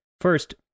First